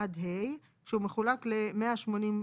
עד (ה), כשהוא מחולק ל-182